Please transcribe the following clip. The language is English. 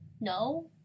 No